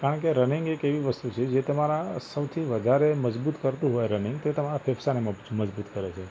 કારણ કે રનિંગ એક એવી વસ્તુ છે જે તમારા સૌથી વધારે મજબૂત કરતું હોય રનિંગ તે તમારા ફેફસાને મજબૂત કરે છે